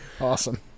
Awesome